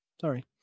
Sorry